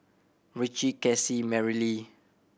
Ritchie Cassie Merrily